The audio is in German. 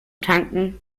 tanken